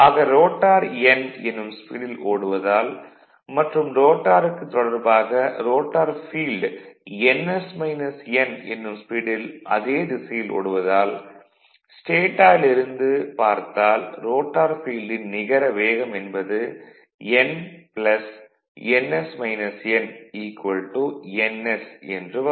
ஆக rotor n என்னும் ஸ்பீடில் ஓடுவதால் மற்றும் ரோட்டாருக்கு தொடர்பாக ரோட்டார் ஃபீல்டு ns - n என்னும் ஸ்பீடில் அதே திசையில் ஓடுவதால் ஸ்டேடாரில் இருந்து பார்த்தால் ரோட்டார் ஃபீல்டின் நிகர வேகம் என்பது n ns - n ns என்று வரும்